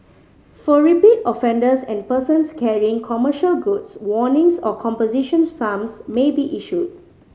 for repeat offenders and persons carrying commercial goods warnings or composition sums may be issued